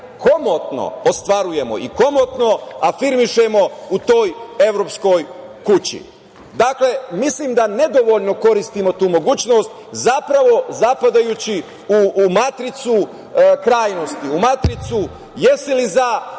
komotno ostvarujemo i komotno afirmišemo u toj evropskoj kući. Dakle, mislim da nedovoljno koristimo tu mogućnost, zapravo, zapadajući u matricu krajnosti, u matricu jesi li za